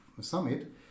Summit